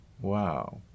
Wow